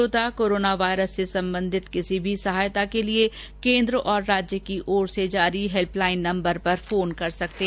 श्रोता corona virus से संबंधित किसी भी सहायता के लिए केन्द्र और राज्य की ओर से जारी हेल्प लाइन नम्बर पर फोन कर सकते हैं